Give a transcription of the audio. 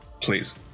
Please